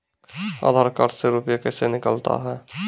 आधार कार्ड से रुपये कैसे निकलता हैं?